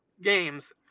games